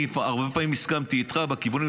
אני הרבה פעמים הסכמתי איתך בכיוונים,